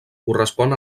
correspon